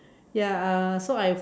ya uh so I've